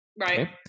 Right